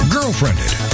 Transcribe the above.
Girlfriended